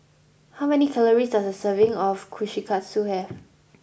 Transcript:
how many calories does a serving of Kushikatsu have